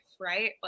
right